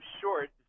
short